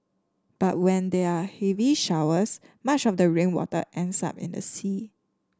but when there are heavy showers much of the rainwater ends up in the sea